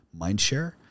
mindshare